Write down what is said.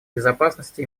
безопасности